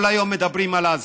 כל היום מדברים על עזה,